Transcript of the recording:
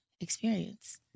experience